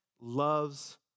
loves